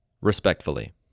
respectfully